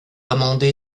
amendé